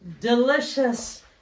delicious